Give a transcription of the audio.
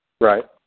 Right